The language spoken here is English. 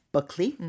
Buckley